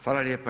Hvala lijepa.